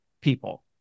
people